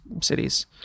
cities